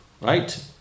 Right